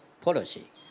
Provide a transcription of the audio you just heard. policy